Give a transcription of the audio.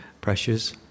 pressures